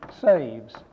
saves